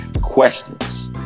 questions